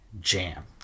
jam